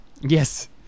Yes